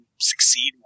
succeed